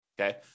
Okay